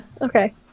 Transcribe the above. Okay